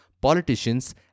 politicians